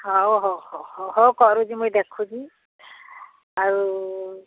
ହଉ ହଉ ହଉ ହଉ ହଉ କରୁଛି ମୁଇଁ ଦେଖୁଛି ଆଉ